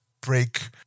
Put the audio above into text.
break